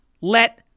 let